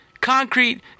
Concrete